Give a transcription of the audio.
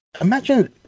Imagine